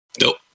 nope